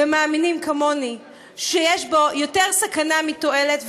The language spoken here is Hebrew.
ומאמינים כמוני שיש בו יותר סכנה מתועלת,